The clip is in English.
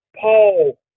Paul